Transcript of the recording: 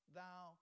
thou